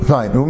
Fine